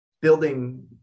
building